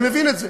אני מבין את זה.